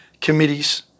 committees